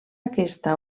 aquesta